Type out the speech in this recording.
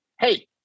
hey